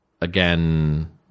again